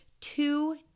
two